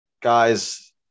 guys